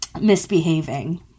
misbehaving